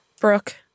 Brooke